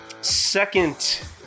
second